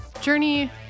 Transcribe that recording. Journey